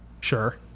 sure